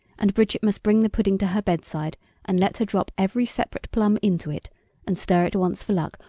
and bridget must bring the pudding to her bedside and let her drop every separate plum into it and stir it once for luck,